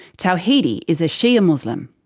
tawhidi is a shia muslim.